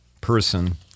person